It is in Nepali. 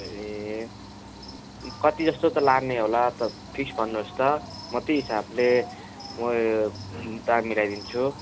ए कति जस्तो त लाने होला त फिक्स भन्नुहोस् त म त्यही हिसाबले म यो दाम मिलाइदिन्छु